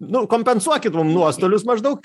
nu kompensuokit mum nuostolius maždaug